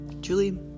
Julie